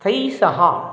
तैः सह